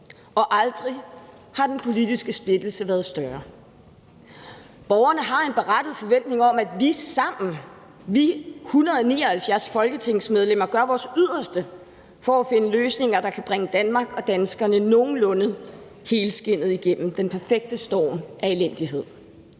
Og aldrig har den politiske splittelse været større. Borgerne har en berettiget forventning om, at vi 179 folketingsmedlemmer sammen gør vores yderste for at finde løsninger, der kan bringe Danmark og danskerne nogenlunde helskindet igennem den perfekte storm af elendighed